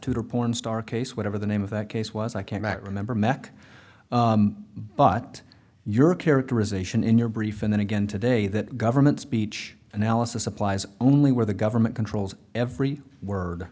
tutor pornstar case whatever the name of that case was i cannot remember mek but your characterization in your brief and then again today that government speech analysis applies only where the government controls every word